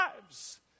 lives